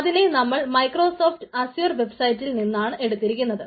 അതിനെ നമ്മൾ Microsoft Azure വെബ്സൈറ്റിൽ നിന്നാണ് എടുത്തിരിക്കുന്നത്